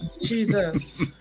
jesus